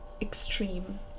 Extreme